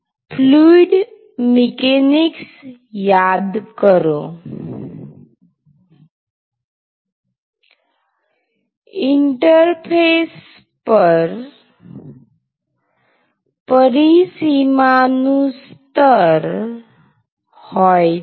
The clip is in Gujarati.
ફ્લુઇડ મિકેનિક્સ યાદ કરો ઇન્ટરફેસ પર પરિસીમા નું સ્તર હોય છે